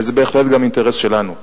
וזה בהחלט גם אינטרס שלנו,